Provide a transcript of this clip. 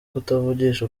kutavugisha